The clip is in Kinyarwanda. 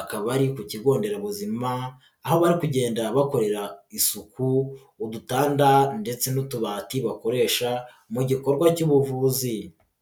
Akaba ari ku kigo nderabuzima, aho bari kugenda bakorera isuku udutanda ndetse n'utubati bakoresha, mu gikorwa cy'ubuvuzi.